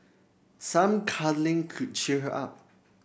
some cuddling could cheer her up